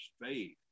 faith